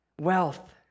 wealth